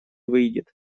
выйдет